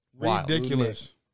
Ridiculous